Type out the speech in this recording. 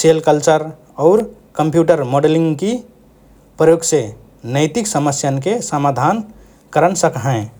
Cell culture और computer मोडलन्कि प्रयोगसे नैतिक समस्यान्के समाधान करन सक्हएँ ।